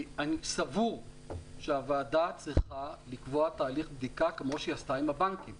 אני סבור שהוועדה צריכה לקבוע תהליך בדיקה כפי שעשתה עם הבנקים